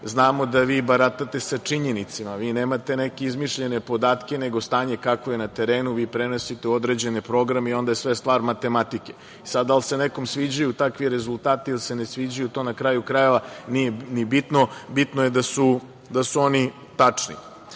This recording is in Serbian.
znamo da vi baratate sa činjenicama, vi nemate neke izmišljene podatke nego stanje kakvo je na terenu, vi prenosite u određene programe i onda je sve stvar matematike. Da li se nekome sviđaju takvi rezultati ili se ne sviđaju to na kraju krajeva nije ni bitno, bitno je da su oni tačni.Za